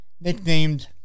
nicknamed